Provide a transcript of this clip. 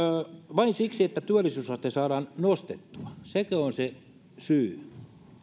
vain siksi että työllisyysaste saadaan nostettua sekö on se syy